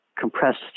compressed